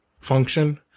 function